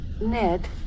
Ned